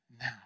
now